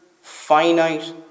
finite